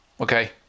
Okay